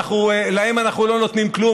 להם אנחנו לא נותנים כלום,